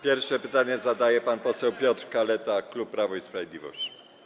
Pierwsze pytanie zadaje pan poseł Piotr Kaleta, klub Prawo i Sprawiedliwość.